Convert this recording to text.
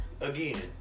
again